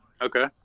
Okay